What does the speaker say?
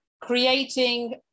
creating